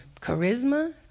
Charisma